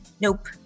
nope